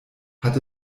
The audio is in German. hat